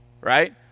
right